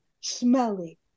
smelly